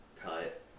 cut